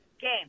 game